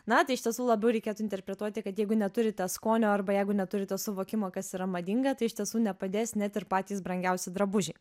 na tai iš tiesų labiau reikėtų interpretuoti kad jeigu neturite skonio arba jeigu neturite suvokimo kas yra madinga tai iš tiesų nepadės net ir patys brangiausi drabužiai